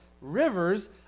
rivers